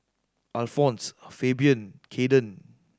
Alphonse Fabian Caiden